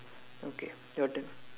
okay your turn